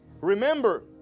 Remember